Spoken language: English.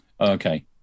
okay